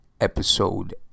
Episode